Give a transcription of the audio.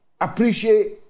appreciate